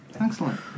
Excellent